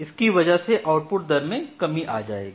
जिसकी वजह से आउटपुट दर में कमी हो जाएगी